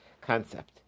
concept